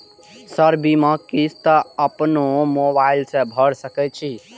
Sir बीमा किस्त अपनो मोबाईल से भर सके छी?